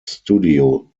studio